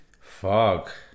Fuck